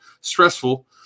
Stressful